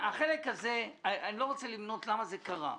החלק הזה, שאני לא רוצה למנות למה זה קרה,